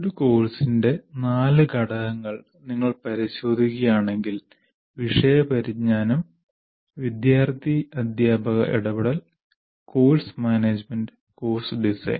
ഒരു കോഴ്സിന്റെ നാല് ഘടകങ്ങൾ നിങ്ങൾ പരിശോധിക്കുകയാണെങ്കിൽ വിഷയ പരിജ്ഞാനം വിദ്യാർത്ഥി അധ്യാപക ഇടപെടൽ കോഴ്സ് മാനേജുമെന്റ് കോഴ്സ് ഡിസൈൻ